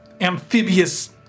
amphibious